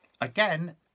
Again